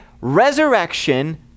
resurrection